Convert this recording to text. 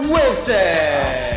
Wilson